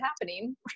happening